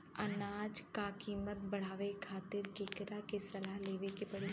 अनाज क कीमत बढ़ावे खातिर केकरा से सलाह लेवे के पड़ी?